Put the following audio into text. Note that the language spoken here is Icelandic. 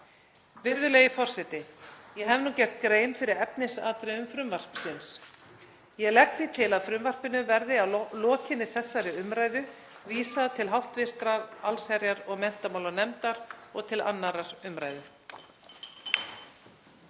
Virðulegi forseti. Ég hef nú gert grein fyrir efnisatriðum frumvarpsins. Ég legg því til að frumvarpinu verði að lokinni þessari umræðu vísað til hv. allsherjar- og menntamálanefndar og til 2. umræðu.